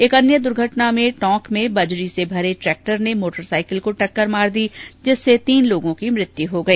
एक अन्य द्र्घटना में टोंक में बजरी से भरे ट्रैक्टर ने मोटरसाईकिल को टक्कर मार दी जिससे तीन लोगों की मृत्यू हो गई